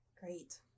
Great